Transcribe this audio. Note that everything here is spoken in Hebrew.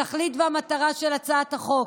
התכלית והמטרה של הצעת החוק: